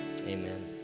amen